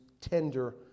tender